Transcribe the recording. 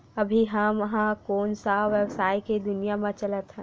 अभी हम ह कोन सा व्यवसाय के दुनिया म चलत हन?